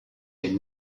une